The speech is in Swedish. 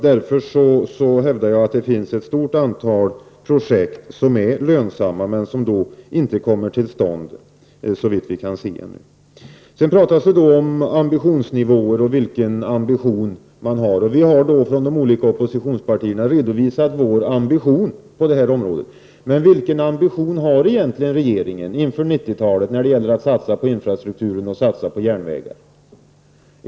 Därför hävdar jag att det finns ett stort antal projekt som är lönsamma men som inte kommer till stånd, såvitt vi kan se ännu. Sedan pratas det om ambitionsnivåer och vilken ambition man har. Vi har från de olika oppositionspartierna redovisat vår ambition på det här området. Men vilken ambition har egentligen regeringen inför 90-talet när det gäller att satsa på infrastrukturen och satsa på järnvägar?